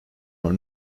are